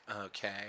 Okay